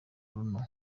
bruno